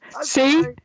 See